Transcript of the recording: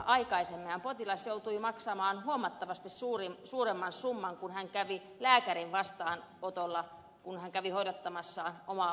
aikaisemminhan potilas joutui maksamaan huomattavasti suuremman summan kun hän kävi lääkärin vastaanotolla hoidattamassa omaa vaivaansa